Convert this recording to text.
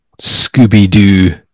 Scooby-Doo